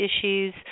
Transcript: issues